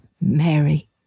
Mary